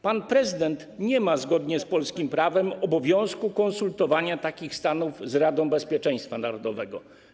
Pan prezydent zgodnie z polskim prawem nie ma obowiązku konsultowania takich stanów z Radą Bezpieczeństwa Narodowego.